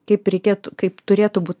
kaip reikėtų kaip turėtų būt